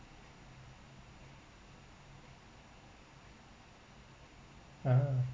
uh